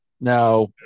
Now